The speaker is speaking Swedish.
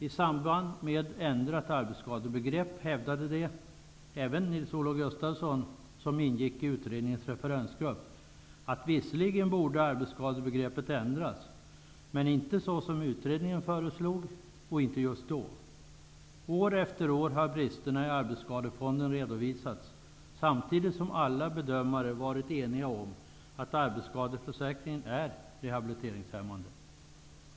I samband med ändrat arbetsskadebegrepp hävdade de, även Nils Olof Gustafsson som ingick i utredningens referensgrupp, att visserligen borde arbetsskadebegreppet ändras, men inte så som utredningen föreslog och inte just då. År efter år har bristerna i arbetsskadefonden redovisats samtidigt som alla bedömare varit eniga om att arbetsskadeförsäkringen är rehabiliteringshämmande.